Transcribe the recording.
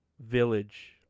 Village